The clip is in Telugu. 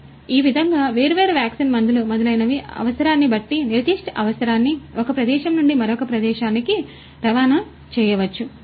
కాబట్టి ఈ విధంగా వేర్వేరు వ్యాక్సిన్ మందులు మొదలైనవి అవసరాన్ని బట్టి నిర్దిష్ట అవసరాన్ని ఒక ప్రదేశం నుండి మరొక ప్రదేశానికి రవాణా చేయవచ్చు